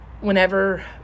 whenever